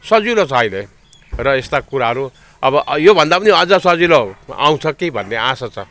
सजिलो छ अहिले र यस्ता कुराहरू अब योभन्दा पनि अझ सजिलो आउँछ कि भन्ने आशा छ